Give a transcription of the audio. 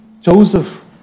Joseph